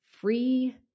free